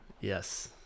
Yes